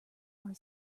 are